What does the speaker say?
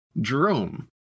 Jerome